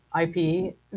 IP